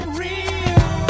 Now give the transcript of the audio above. real